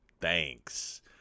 Thanks